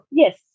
yes